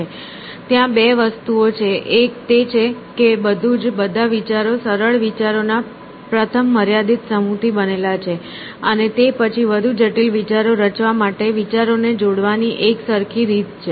તેથી ત્યાં તે બે વસ્તુઓ છે એક તે છે કે બધું જ બધા વિચારો સરળ વિચારોના પ્રથમ મર્યાદિત સમૂહથી બનેલા હોય છે અને તે પછી વધુ જટિલ વિચારો રચવા માટે વિચારોને જોડવાની એકસરખી રીત છે